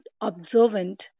observant